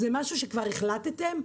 זה משהו שכבר החלטתם,